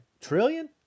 trillion